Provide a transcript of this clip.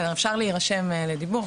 אפשר להירשם לדיבור,